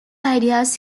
ideas